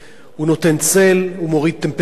הוא נותן צל, הוא מוריד טמפרטורה,